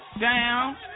down